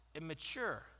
immature